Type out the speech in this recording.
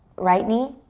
right knee